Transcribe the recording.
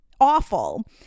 awful